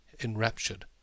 enraptured